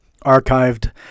archived